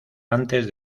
antes